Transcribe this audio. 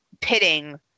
pitting